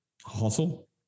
Hustle